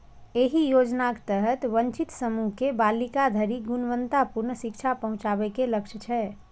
एहि योजनाक तहत वंचित समूह के बालिका धरि गुणवत्तापूर्ण शिक्षा पहुंचाबे के लक्ष्य छै